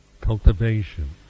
cultivation